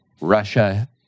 Russia